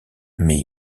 mais